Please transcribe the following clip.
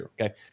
Okay